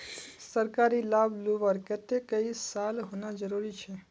सरकारी लाभ लुबार केते कई साल होना जरूरी छे?